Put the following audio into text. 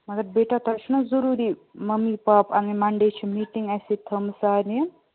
مگر بیٹا تۄہہِ چھُنا ضروٗری مَمی پاپہٕ اَنٕنۍ مَنڈے چِھ میٖٹِنگ اَسہِ تھٲومٕژ سارنٕے یَن